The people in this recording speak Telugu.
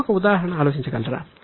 ఇంకొక ఉదాహరణ ఆలోచించగలరా